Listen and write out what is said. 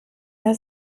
der